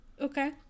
Okay